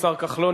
השר כחלון,